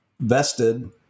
vested